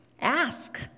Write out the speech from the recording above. ask